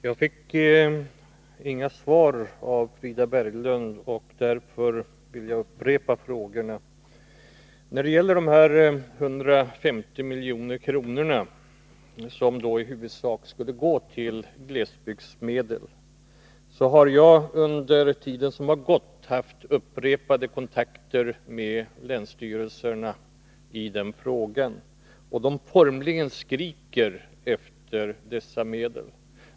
Herr talman! Jag fick inga svar av Frida Berglund, och därför vill jag upprepa frågorna. När det gäller de 150 milj.kr. som i huvudsak skulle utgöra glesbygdsmedel har jag under den tid som har gått haft upprepade kontakter med länsstyrelserna, och de formligen skriker efter dessa medel.